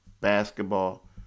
basketball